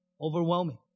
overwhelming